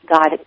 God